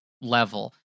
level